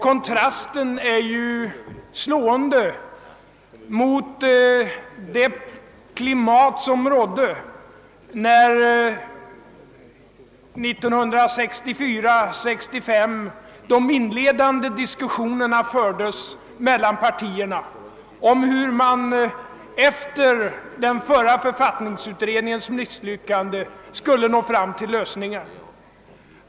Kontrasten mot det klimat som rådde 1964— 1965 är slående; då fördes de inledande diskussionerna partierna emellan om hur man efter den förra författningsutredningens misslyckande skulle nå fram till en lösning.